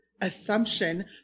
assumption